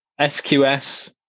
SQS